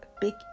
big